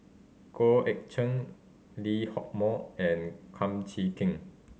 Goh Eck Cheng Lee Hock Moh and Kum Chee Kin